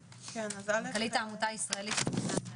מנכ"לית העמותה הישראלית לסרטן ריאה.